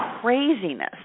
craziness